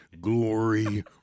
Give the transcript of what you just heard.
glory